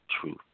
truth